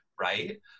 right